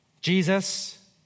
Jesus